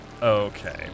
Okay